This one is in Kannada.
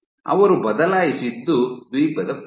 ಅವರು ಬದಲಾಯಿಸಿದ್ದು ದ್ವೀಪದ ಪ್ರದೇಶ